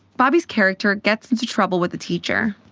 bobby's character gets into trouble with the teacher